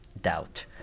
doubt